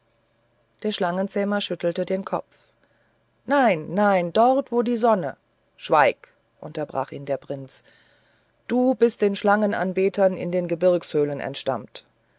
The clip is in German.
der schlangenzähmer schüttelte den kopf nein nein dort wo die sonne schweig unterbrach ihn der prinz du bist den schlangenanbetern in den gebirgshöhlen entstammt